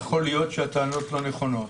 "יכול להיות שהטענות לא נכונות".